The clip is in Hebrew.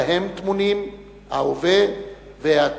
ובהם טמונים ההווה והעתיד: